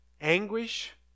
anguish